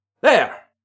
There